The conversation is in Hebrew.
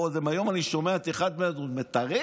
ועוד היום אני שומע את אחד מהם מתרץ: